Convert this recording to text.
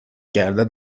کردت